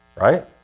right